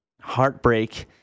heartbreak